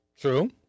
True